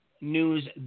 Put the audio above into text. news